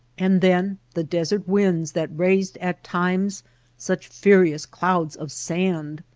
and then the desert winds that raised at times such furious clouds of sand!